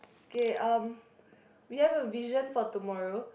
K um we have a vision for tomorrow